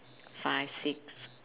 five six